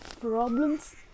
problems